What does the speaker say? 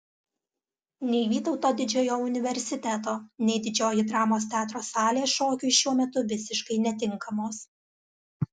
nei vytauto didžiojo universiteto nei didžioji dramos teatro salė šokiui šiuo metu visiškai netinkamos